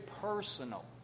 personal